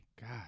God